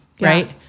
Right